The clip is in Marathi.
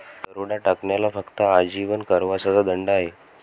दरोडा टाकण्याला फक्त आजीवन कारावासाचा दंड आहे